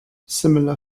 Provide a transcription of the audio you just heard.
similar